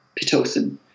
pitocin